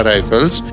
Rifles